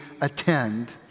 attend